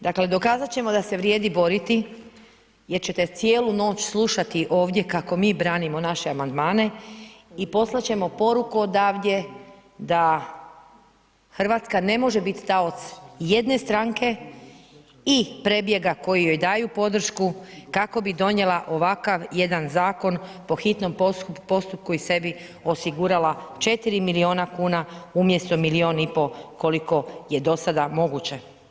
Dakle, dokazat ćemo da se vrijedi boriti jer ćete cijelu noć slušati ovdje kako mi branimo naše amandmane i poslat ćemo poruku odavde da RH ne može biti taoc jedne stranke i prebjega koji joj daju podršku kako bi donijela ovakav jedan zakon po hitnom postupku i sebi osigurala 4 milijuna kuna umjesto 1,5 koliko je do sada moguće.